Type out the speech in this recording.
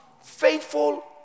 Faithful